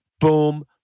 boom